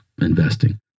investing